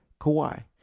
Kawhi